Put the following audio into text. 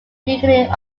beginning